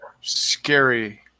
Scary